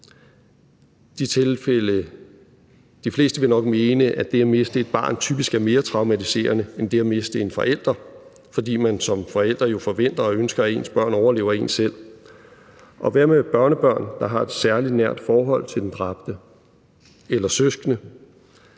De fleste vil nok mene, at det at miste et barn typisk er mere traumatiserende end det at miste en forælder, fordi man som forælder jo forventer og ønsker, at ens børn overlever en selv. Og hvad med børnebørn, der har et særlig nært forhold til den dræbte – eller søskende?